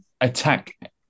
attack